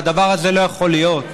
והדבר הזה לא יכול להיות.